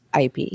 IP